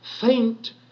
faint